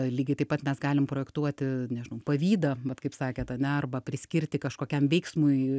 lygiai taip pat mes galim projektuoti nežinau pavydą vat kaip sakėt ane arba priskirti kažkokiam veiksmui